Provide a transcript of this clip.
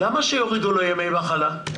למה שיורידו לו ימי מחלה?